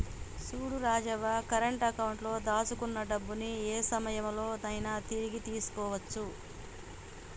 చూడు Rajavva current account లో దాచుకున్న డబ్బుని ఏ సమయంలో నైనా తిరిగి తీసుకోవచ్చు